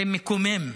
זה מקומם.